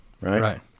right